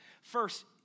First